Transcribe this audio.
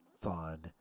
fun